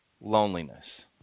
Loneliness